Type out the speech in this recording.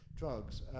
Drugs